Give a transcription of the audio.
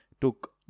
took